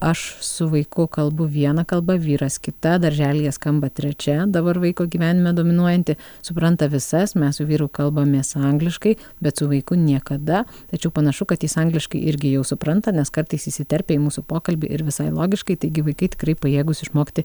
aš su vaiku kalbu viena kalba vyras kita darželyje skamba trečia dabar vaiko gyvenime dominuojanti supranta visas mes su vyru kalbamės angliškai bet su vaiku niekada tačiau panašu kad jis angliškai irgi jau supranta nes kartais įsiterpia į mūsų pokalbį ir visai logiškai taigi vaikai tikrai pajėgūs išmokti